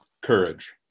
courage